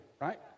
right